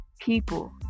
People